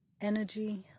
energy